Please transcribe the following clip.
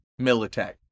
militech